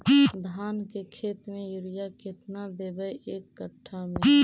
धान के खेत में युरिया केतना देबै एक एकड़ में?